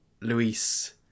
Luis